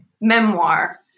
memoir